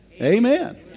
Amen